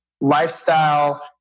lifestyle